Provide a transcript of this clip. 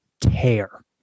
tear